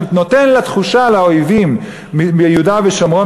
שנותן תחושה לאויבים ביהודה ושומרון,